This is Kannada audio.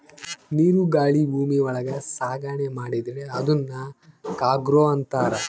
ನೀರು ಗಾಳಿ ಭೂಮಿ ಒಳಗ ಸಾಗಣೆ ಮಾಡಿದ್ರೆ ಅದುನ್ ಕಾರ್ಗೋ ಅಂತಾರ